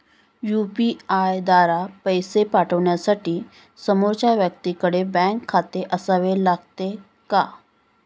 UPI द्वारा पैसे पाठवण्यासाठी समोरच्या व्यक्तीकडे बँक खाते असावे लागते का?